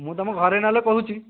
ମୁଁ ତମ ଘରେ ନହେଲେ କହୁଛି